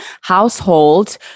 household